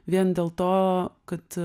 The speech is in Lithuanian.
vien dėl to kad